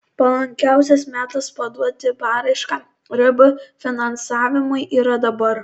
palankiausias metas paduoti paraišką rb finansavimui yra dabar